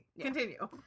Continue